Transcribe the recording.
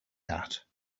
that